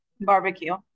Barbecue